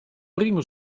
primo